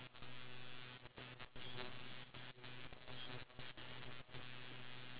why don't you allow me to have a lynx in our house